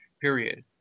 period